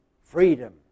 freedom